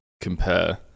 compare